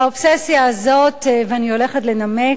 והאובססיה הזאת ואני הולכת לנמק,